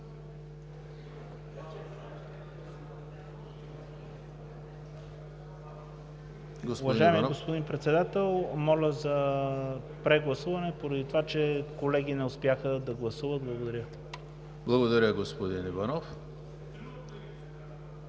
Благодаря, господин Летифов.